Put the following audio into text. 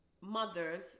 mothers